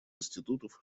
институтов